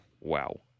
Wow